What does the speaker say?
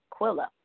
Quilla